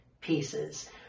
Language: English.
pieces